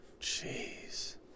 Jeez